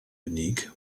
unique